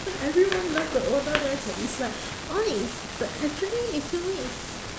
cause everyone love the older men [what] it's like !oi! but actually ikemen is